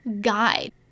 guide